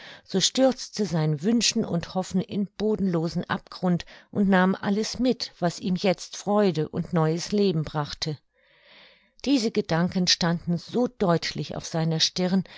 so stürzte sein wünschen und hoffen in bodenlosen abgrund und nahm alles mit was ihm jetzt freude und neues leben brachte diese gedanken standen so deutlich auf seiner stirn